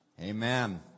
amen